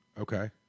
okay